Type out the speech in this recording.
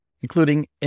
including